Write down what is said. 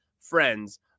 friends